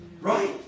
Right